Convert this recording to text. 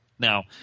Now